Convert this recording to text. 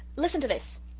listen to this.